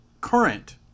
current